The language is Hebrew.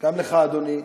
גם לך אדוני,